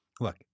Look